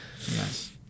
Yes